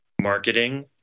marketing